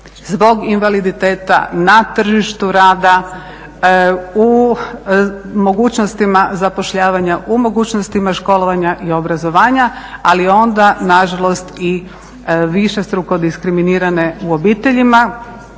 zbog invaliditeta na tržištu rada, u mogućnostima zapošljavanja, u mogućnostima školovanja i obrazovanja, ali onda nažalost i višestruko diskriminirane u obiteljima,